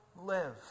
live